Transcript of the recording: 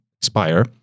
expire